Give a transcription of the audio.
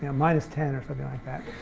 ah minus ten or something like that